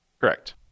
Correct